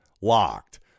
locked